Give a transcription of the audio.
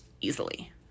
easily